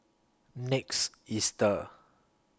next Easter